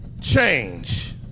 change